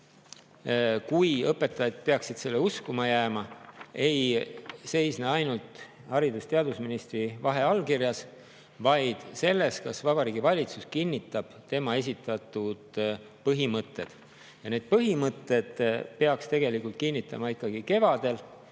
kui õpetajad peaksid seda uskuma jääma, ei seisne ainult haridus- ja teadusministri allkirjas, vaid selles, et Vabariigi Valitsus kinnitab [ministri] esitatud põhimõtted. Ja need põhimõtted peaks kinnitama ikkagi kevadel,